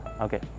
okay